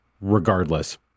regardless